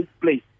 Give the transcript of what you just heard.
place